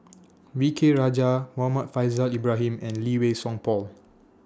V K Rajah Muhammad Faishal Ibrahim and Lee Wei Song Paul